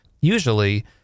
Usually